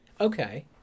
okay